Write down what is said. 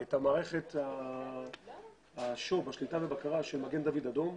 את מערכת השליטה והבקרה של מגן דוד אדום.